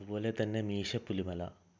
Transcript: അതു പോലെതന്നെ മീശപ്പുലിമല